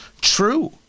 true